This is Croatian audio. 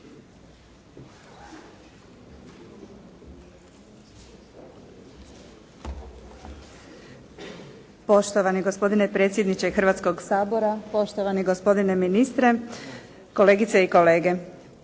Poštovani gospodine predsjedniče Hrvatskoga sabora, poštovani gospodine ministre, kolegice i kolege.